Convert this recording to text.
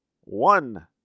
one